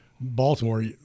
Baltimore